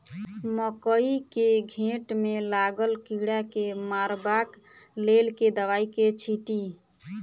मकई केँ घेँट मे लागल कीड़ा केँ मारबाक लेल केँ दवाई केँ छीटि?